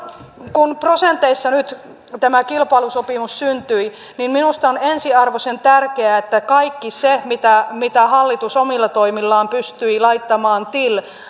kun prosenteissa nyt tämä kilpailusopimus syntyi niin minusta on ensiarvoisen tärkeää että kaikki se mitä mitä hallitus omilla toimillaan pystyi laittamaan till